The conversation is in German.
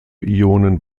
ionen